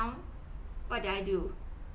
what do I do